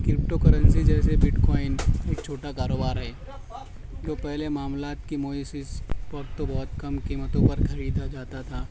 crypto currency جیسے bitcoin ایک چھوٹا کاروبار ہے جو پہلے معاملات کی موئسس پر تو بہت کم قیمتوں پر خریدا جاتا تھا